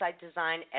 design